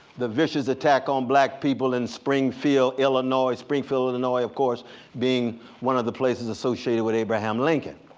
the vicious attack on black people in springfield, illinois. springfield, illinois of course being one of the places associated with abraham lincoln.